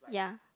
yeah